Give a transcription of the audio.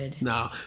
No